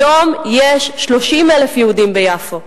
היום יש 30,000 יהודים ביפו.